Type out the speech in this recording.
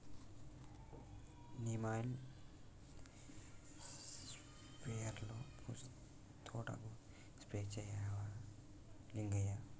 neem oil స్ప్రేయర్లో పోసి తోటకు స్ప్రే చేయవా లింగయ్య